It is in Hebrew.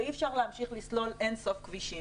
ואי אפשר להמשיך לסלול אינסוף כבישים.